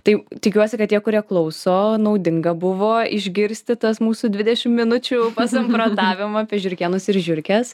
tai tikiuosi kad tie kurie klauso naudinga buvo išgirsti tas mūsų dvidešim minučių pasamprotavimų apie žiurkėnus ir žiurkes